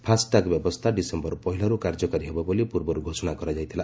FASTag ବ୍ୟବସ୍ଥା December ପହିଲାରୁ କାର୍ଯ୍ୟକାରୀ ହେବ ବୋଲି ପୂର୍ବରୁ ଘୋଷଣା କରାଯାଇଥିଲା